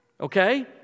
okay